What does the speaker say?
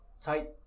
tight